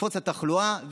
שתקפוץ התחלואה.